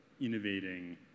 innovating